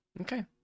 Okay